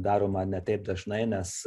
daroma ne taip dažnai nes